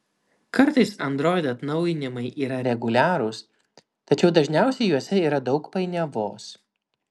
kartais android atnaujinimai yra reguliarūs tačiau dažniausiai juose yra daug painiavos